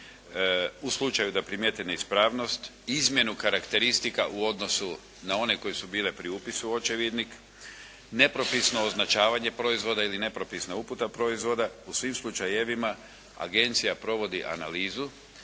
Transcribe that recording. U slučaju da primijete neispravnost izmjenu karakteristika u odnosu na one koje su bile pri upisu očevidnik, nepropisno označavanje proizvoda ili nepropisna uputa proizvoda, u svim slučajevima agencija provodi analizu,